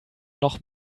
noch